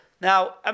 Now